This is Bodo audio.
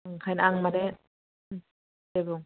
ओंखायनो आं माने दे बुं